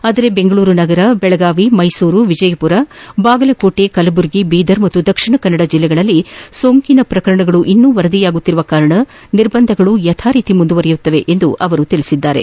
ಆದರೆ ಬೆಂಗಳೂರುನಗರ ಬೆಳಗಾವಿ ಮೈಸೂರು ವಿಜಯಪುರ ಬಾಗಲಕೋಟೆ ಕಲಬುರಗಿ ಬೀದರ್ ಮತ್ತು ದಕ್ಷಿಣ ಕನ್ನಡ ಜಿಲ್ಲೆಗಳಲ್ಲಿ ಸೋಂಕಿನ ಪ್ರಕರಣಗಳು ಇನ್ನೂ ವರದಿಯಾಗುತ್ತಿರುವ ಕಾರಣ ನಿರ್ಬಂಧಗಳು ಯಥಾರೀತಿ ಮುಂದುವರಿಯುತ್ತವೆ ಎಂದು ಅವರು ತಿಳಿಸಿದ್ದಾರೆ